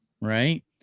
right